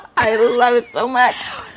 i love it so much.